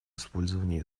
использование